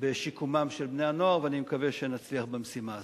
בשיקומם של בני-הנוער ואני מקווה שנצליח במשימה הזו,